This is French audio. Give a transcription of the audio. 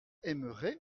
aimerait